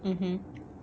mmhmm